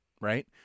right